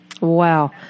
Wow